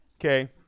Okay